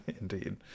Indeed